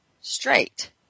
straight